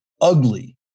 ugly